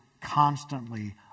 constantly